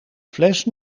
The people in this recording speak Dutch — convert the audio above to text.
fles